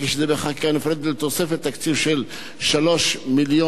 בתוספת תקציב של 3 מיליון שקלים,